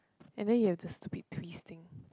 and then you have the stupid twist thing